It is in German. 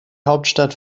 hauptstadt